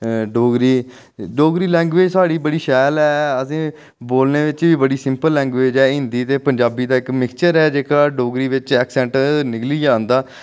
Dogri Dogri language साढ़ी बड़ी शैल ऐ असें बोलने बिच बी बड़ी सिंपल लैंग्वेज ऐ हिंदी ते पंजाबी दा इक मिक्सचर ऐ जेह्का डोगरी बिच ऐक्सैंट निकलियै औंदा